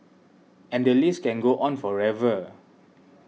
and the list can go on forever